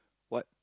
what